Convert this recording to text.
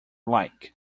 like